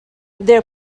their